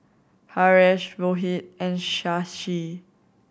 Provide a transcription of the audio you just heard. Haresh Rohit and Shashi